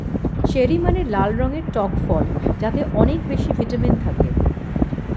cherry মানে লাল রঙের টক ফল যাতে অনেক বেশি ভিটামিন থাকে